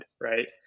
right